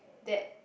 that